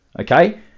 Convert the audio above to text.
Okay